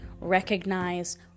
recognize